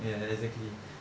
ya exactly